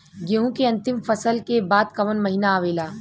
गेहूँ के अंतिम फसल के बाद कवन महीना आवेला?